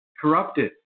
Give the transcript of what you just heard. corrupted